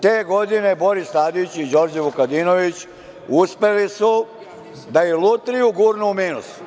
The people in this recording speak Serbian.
Te godine, Boris Tadić i Đorđe Vukadinović uspeli su da i lutriju gurnu u minus.